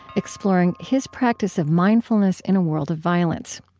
exploring his practice of mindfulness in a world of violence.